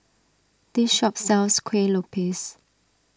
this shop sells Kueh Lopes